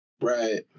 Right